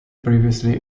previously